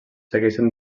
segueixen